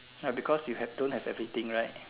ya because you have don't have everything right